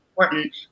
important